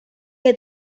que